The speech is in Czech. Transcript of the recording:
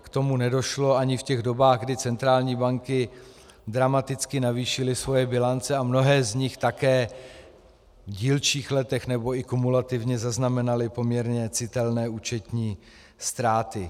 K tomu nedošlo ani v těch dobách, kdy centrální banky dramaticky navýšily svoje bilance, a mnohé z nich také v dílčích letech, nebo i kumulativně zaznamenaly poměrně citelné účetní ztráty.